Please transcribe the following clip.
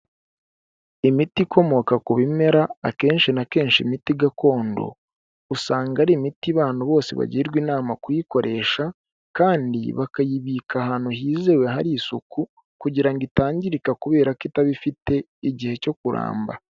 Imiti ikomoka ku bimera akenshi na kenshi imiti gakondo, usanga ari imiti abantu bose bagirwa inama kuyikoresha, kandi bakayibika ahantu hizewe hari isuku kugira ngo itangirika kubera ko itaba ifite igihe cyo kuramba.